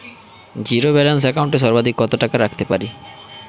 Zero balance account এ সর্বাধিক কত টাকা রাখতে পারি?